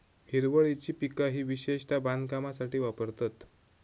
हिरवळीची पिका ही विशेषता बांधकामासाठी वापरतत